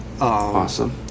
Awesome